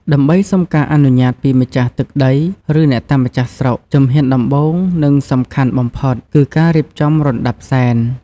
ដើម្បីសុំការអនុញ្ញាតពីម្ចាស់ទឹកដី ឬអ្នកតាម្ចាស់ស្រុក ជំហានដំបូង និងសំខាន់បំផុតគឺការរៀបចំរណ្តាប់សែន។